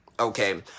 Okay